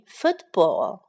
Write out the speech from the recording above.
football